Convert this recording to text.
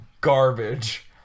garbage